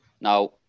Now